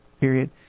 period